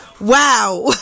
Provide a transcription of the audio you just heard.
Wow